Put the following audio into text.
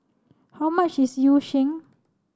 how much is Yu Sheng